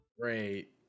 great